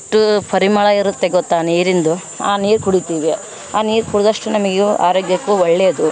ಇಷ್ಟು ಪರಿಮಳ ಇರುತ್ತೆ ಗೊತ್ತ ನೀರಿಂದು ಆ ನೀರು ಕುಡಿತೀವಿ ಆ ನೀರು ಕುಡಿದಷ್ಟು ನಮಗೂ ಆರೋಗ್ಯಕ್ಕು ಒಳ್ಳೆಯದು